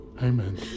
Amen